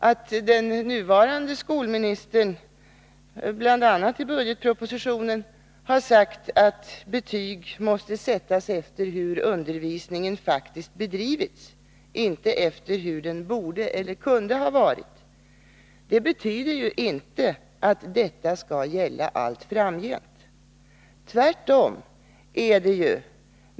Att den nuvarande skolministern bl.a. i budgetpropositionen har sagt att betyg måste sättas efter hur undervisningen faktiskt bedrivits, inte efter hur den borde eller kunde ha varit, betyder inte att detta skall gälla allt framgent.